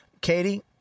Katie